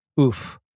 Oof